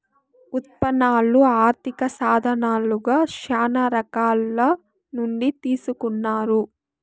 ఉత్పన్నాలు ఆర్థిక సాధనాలుగా శ్యానా రకాల నుండి తీసుకున్నారు